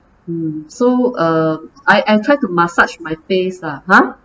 um so uh I I try to massage my face lah !huh!